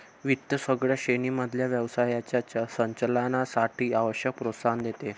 वित्त सगळ्या श्रेणी मधल्या व्यवसायाच्या संचालनासाठी आवश्यक प्रोत्साहन देते